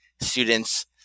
students